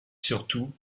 surtout